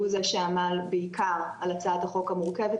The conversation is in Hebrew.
שהוא זה שעמל בעיקר על הצעת החוק המורכבת